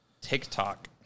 TikTok